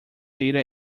data